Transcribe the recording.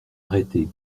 arrêtés